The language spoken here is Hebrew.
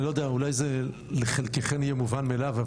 לא יודע אולי זה לחלקכן יהיה מובן מאליו,